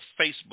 Facebook